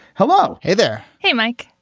hello. hey there. hey, mike.